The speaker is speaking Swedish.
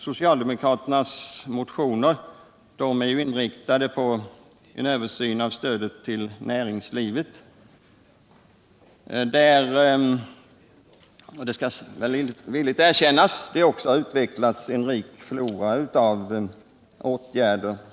Socialdemokraternas motioner är inriktade på en översyn av stödet till näringslivet, där — det skall villigt erkännas — det har utvecklats en rik flora av stödåtgärder.